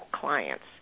clients